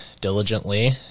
diligently